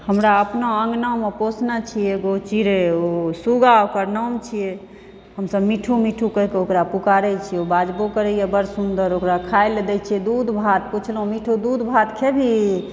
हमरा अपना अङ्गनामे पोसने छी एगो चिड़ै ओ शुगा ओकर नाम छियै हमसब मिठू मिठू कहिकऽ ओकरा पुकारै छी ओ बाजबो करैया बड़ सुन्दर ओकरा खाए लए दै छियै दुध भात पुछलौ मिठू दुध भात खेबही